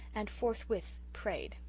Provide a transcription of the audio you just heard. and forthwith prayed.